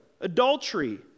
adultery